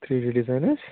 three D design حظ